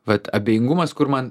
vat abejingumas kur man